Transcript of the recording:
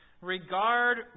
Regard